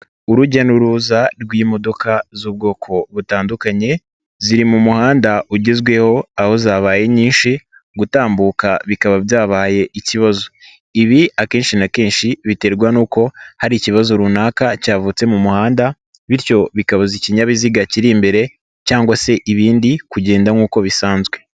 Urujya n'uruza rw'imodoka z'ubwoko butandukanye ziri mu muhanda ugezweho aho zabaye nyinshi gutambuka bikaba byabaye ikibazo, ibi akenshi na kenshi biterwa n'uko hari ikibazo runaka cyavutse mu muhanda bityo bikabuza ikinyabiziga kiri imbere cyangwa se ibindi kugenda nk'uko bisanzwe.